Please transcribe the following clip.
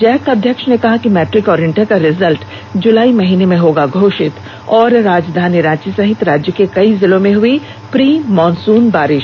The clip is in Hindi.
जैक अध्यक्ष ने कहा कि मैट्रिक और इंटर का रिजल्ट जुलाई माह में होगा घोषित राजधानी रांची सहित राज्य के कई जिलों में हुई प्री मानसून बारिष